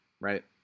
right